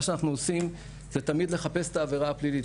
מה שאנחנו עושים זה תמיד לחפש את העביר הפלילית.